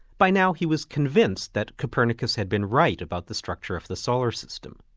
by now he was convinced that copernicus had been right about the structure of the solar system.